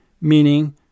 meaning